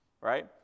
right